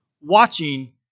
watching